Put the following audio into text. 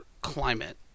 climate